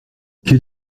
quel